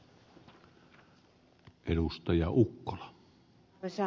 arvoisa puhemies